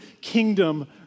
kingdom